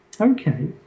Okay